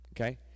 Okay